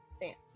fancy